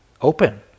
open